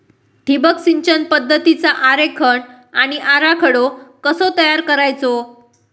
ठिबक सिंचन पद्धतीचा आरेखन व आराखडो कसो तयार करायचो?